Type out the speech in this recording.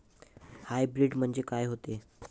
Hybrid म्हनजे का होते?